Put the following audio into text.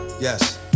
Yes